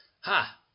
Ha